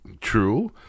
True